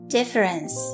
Difference